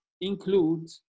include